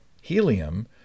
Helium